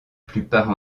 plupart